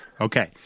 Okay